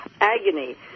agony